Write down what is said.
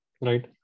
right